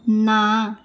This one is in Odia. ନା